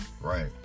right